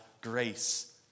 grace